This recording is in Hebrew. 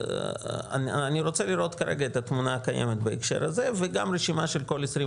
אני רוצה לראות כרגע את התמונה הקיימת בהקשר הזה וגם רשימה של כל ה-23.